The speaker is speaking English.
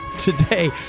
Today